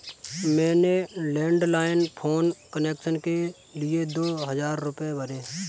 मैंने landline phone connection के लिए दो हजार रुपए भरे